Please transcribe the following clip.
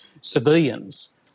civilians